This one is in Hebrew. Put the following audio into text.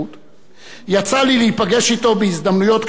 יצא לי להיפגש אתו בהזדמנויות כאלה ואחרות